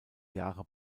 jahre